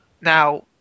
Now